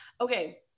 Okay